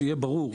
שיהיה ברור,